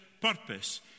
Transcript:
purpose